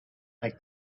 make